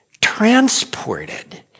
transported